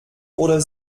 oder